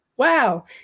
wow